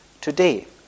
today